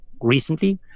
recently